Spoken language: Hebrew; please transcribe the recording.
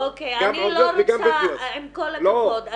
גם עובדות וגם --- עם כל הכבוד,